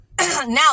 Now